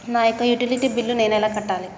నా యొక్క utility bill నేను ఎలా కట్టాలి?